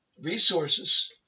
resources